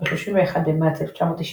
ב־31 במרץ 1998,